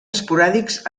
esporàdics